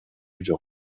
жок